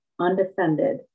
undefended